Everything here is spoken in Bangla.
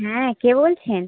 হ্যাঁ কে বলছেন